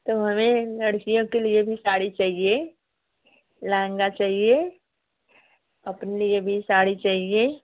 तो हमें लड़कियों के लिए भी साड़ी चाहिए लहँगा चाहिए अपने लिए भी साड़ी चाहिए